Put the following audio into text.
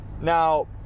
Now